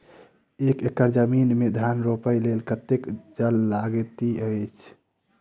एक एकड़ जमीन मे धान रोपय लेल कतेक जल लागति अछि?